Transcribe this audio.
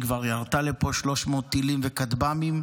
היא כבר ירתה לפה 300 טילים וכטב"מים.